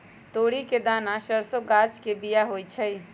तोरी के दना सरसों गाछ के बिया होइ छइ